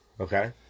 Okay